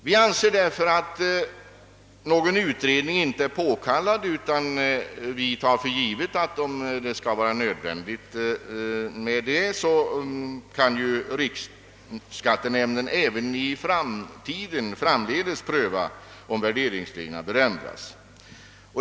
Vi anser därför att någon översyn inte är påkallad utan tar för givet att om så blir nödvändigt riksskattenämnden även framdeles prövar om värderingsreglerna bör ändras.